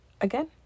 again